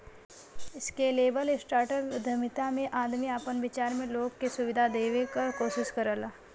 scalable startup उद्यमिता में आदमी आपन विचार से लोग के सुविधा देवे क कोशिश करला